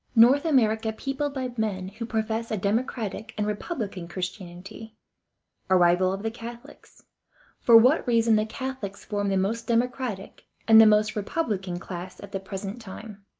north america peopled by men who professed a democratic and republican christianity arrival of the catholics for what reason the catholics form the most democratic and the most republican class at the present time.